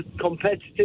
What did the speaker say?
competitive